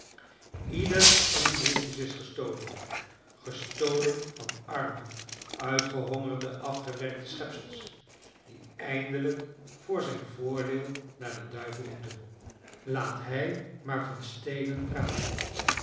ieder van die briefjes is gestolen gestolen van arme uitgehongerde afgewerkte schepsels die eindelijk voor zijn voordeel naar den duivel moeten laat hij maar van stelen praten